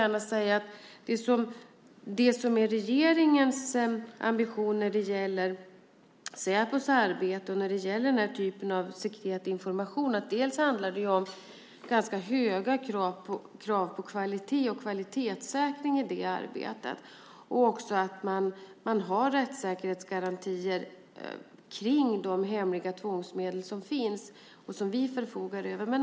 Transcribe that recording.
Regeringens ambition när det gäller Säpos arbete och den här typen av sekret information handlar dels om höga krav på kvalitet och kvalitetssäkring i det arbetet, dels om att ha rättssäkerhetsgarantier för de hemliga tvångsmedel som finns och som vi förfogar över.